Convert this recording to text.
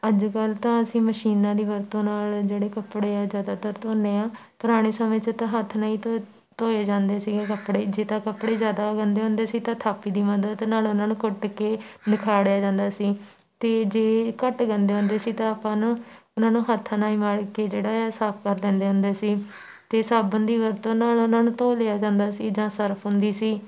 ਅੱਜ ਕੱਲ੍ਹ ਤਾਂ ਅਸੀਂ ਮਸ਼ੀਨਾਂ ਦੀ ਵਰਤੋਂ ਨਾਲ ਜਿਹੜੇ ਕੱਪੜੇ ਆ ਜ਼ਿਆਦਾਤਰ ਧੋਂਦੇ ਹਾਂ ਪੁਰਾਣੇ ਸਮੇਂ 'ਚ ਤਾਂ ਹੱਥ ਨਾਲ ਹੀ ਧ ਧੋਏ ਜਾਂਦੇ ਸੀਗੇ ਕੱਪੜੇ ਜੇ ਤਾਂ ਕੱਪੜੇ ਜ਼ਿਆਦਾ ਗੰਦੇ ਹੁੰਦੇ ਸੀ ਤਾਂ ਥਾਪੀ ਦੀ ਮਦਦ ਨਾਲ ਉਹਨਾਂ ਨੂੰ ਕੁੱਟ ਕੇ ਨਿਖਾੜਿਆ ਜਾਂਦਾ ਸੀ ਅਤੇ ਜੇ ਘੱਟ ਗੰਦੇ ਹੁੰਦੇ ਸੀ ਤਾਂ ਆਪਾਂ ਉਹਨੂੰ ਉਹਨਾਂ ਨੂੰ ਹੱਥਾਂ ਨਾਲ ਹੀ ਮਲ ਕੇ ਜਿਹੜਾ ਆ ਸਾਫ ਕਰ ਲੈਂਦੇ ਹੁੰਦੇ ਸੀ ਅਤੇ ਸਾਬਣ ਦੀ ਵਰਤੋਂ ਨਾਲ ਉਹਨਾਂ ਨੂੰ ਧੋ ਲਿਆ ਜਾਂਦਾ ਸੀ ਜਾਂ ਸਰਫ ਹੁੰਦੀ ਸੀ